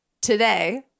today